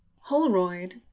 Holroyd